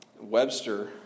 Webster